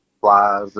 flies